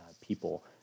people